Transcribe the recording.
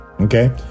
Okay